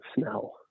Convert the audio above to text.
smell